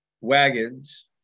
wagons